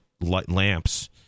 lamps